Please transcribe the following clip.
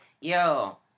Yo